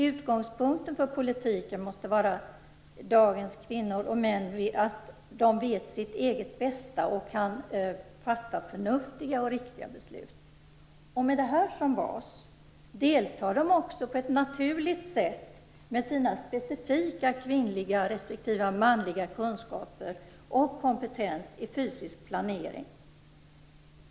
Utgångspunkten för politiken måste vara att dagens kvinnor och män vet sitt eget bästa och kan fatta förnuftiga och riktiga beslut. Med detta som bas deltar de också på ett naturligt sätt med sina specifika kvinnliga respektive manliga kunskaper och kompetens i fysisk planering.